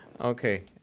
Okay